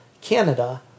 Canada